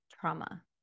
trauma